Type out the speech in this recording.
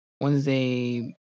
Wednesday